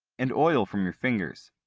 and oil from your fingers.